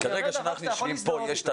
אם אין מורה שילמד אז האבא צריך ללמד.